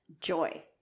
joy